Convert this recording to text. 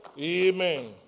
Amen